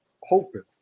hoping